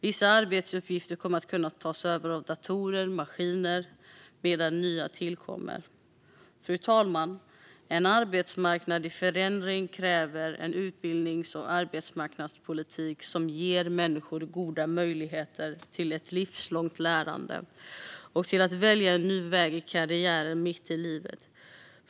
Vissa arbetsuppgifter kommer att kunna tas över av datorer och maskiner, medan nya tillkommer. Fru talman! En arbetsmarknad i förändring kräver en utbildnings och arbetsmarknadspolitik som ger människor goda möjligheter till ett livslångt lärande och till att välja en ny väg i karriären mitt i livet.